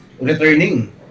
returning